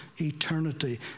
eternity